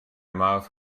mouth